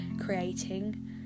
creating